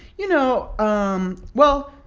you know um well,